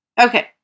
okay